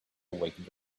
awakened